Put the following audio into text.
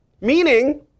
Meaning